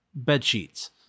bedsheets